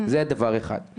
זה דבר אחד.